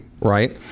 right